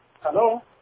Hello